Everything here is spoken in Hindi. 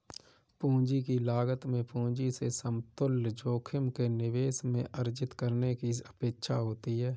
पूंजी की लागत में पूंजी से समतुल्य जोखिम के निवेश में अर्जित करने की अपेक्षा होती है